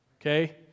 okay